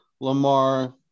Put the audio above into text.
Lamar